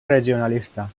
regionalista